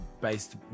based